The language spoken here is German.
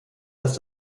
dass